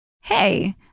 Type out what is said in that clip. hey